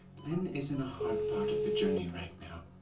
blynn is in a hard part of the journey right now.